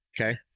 Okay